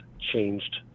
changed